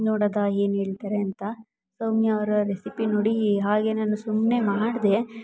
ನೋಡದಾ ಏನು ಹೇಳ್ತರೆ ಅಂತ ಸೌಮ್ಯ ಅವರ ರೆಸಿಪಿ ನೋಡಿ ಹಾಗೆ ನಾನು ಸುಮ್ಮನೆ ಮಾಡಿದೆ